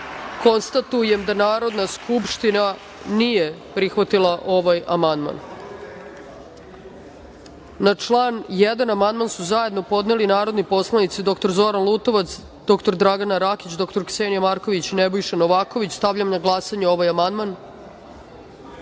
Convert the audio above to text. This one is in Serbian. poslanika. Konstatujem da Narodna skupština nije prihvatila ovaj amandman. Na član 1. amandman su zajedno podneli narodni poslanici dr Zoran Lutovac, dr Dragana Rakić, dr Ksenija Marković i Nebojša Novaković. Stavljam na glasanje ovaj